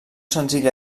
senzill